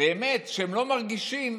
שהם לא מרגישים,